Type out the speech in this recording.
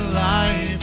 life